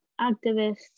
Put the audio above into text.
activists